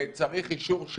צריך אישור,